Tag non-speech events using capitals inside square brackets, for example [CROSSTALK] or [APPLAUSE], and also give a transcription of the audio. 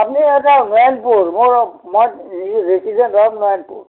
আপুনি এটা [UNINTELLIGIBLE] মোৰ মই [UNINTELLIGIBLE]